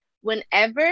whenever